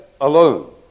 alone